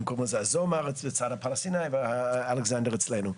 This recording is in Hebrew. הם קוראים לזה אזומרד מהצד הפלסטיני ואלכסנדר אצלנו,